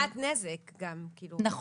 אבל